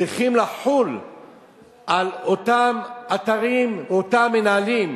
צריכות לחול על אותם אתרים ומנהלים